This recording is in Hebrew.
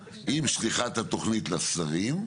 רגע, עם שליחת התוכנית לשרים,